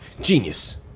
Genius